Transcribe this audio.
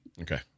Okay